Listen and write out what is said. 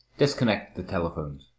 disconnect the telephones.